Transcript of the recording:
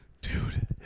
Dude